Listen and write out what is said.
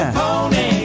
pony